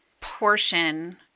portion